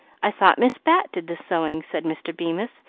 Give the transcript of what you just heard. i thought miss bat did the sewing, said mr. bemis,